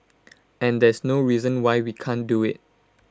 and there's no reason why we can't do IT